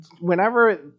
Whenever